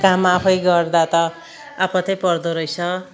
काम आफै गर्दा त आपतै पर्दो रहेछ